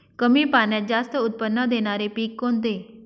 कमी पाण्यात जास्त उत्त्पन्न देणारे पीक कोणते?